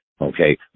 Okay